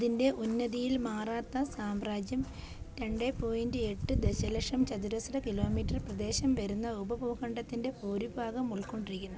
അതിൻ്റെ ഉന്നതിയിൽ മാറാത്ത സാമ്രാജ്യം രണ്ട് പോയിൻറ്റ് എട്ട് ദശലക്ഷം ചതുരശ്ര കിലോ മീറ്റർ പ്രദേശം വരുന്ന ഉപഭൂഖണ്ഡത്തിൻ്റെ ഭൂരിഭാഗം ഉൾക്കൊണ്ടിരുന്നു